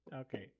Okay